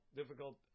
difficult